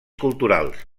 culturals